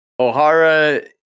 Ohara